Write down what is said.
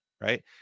right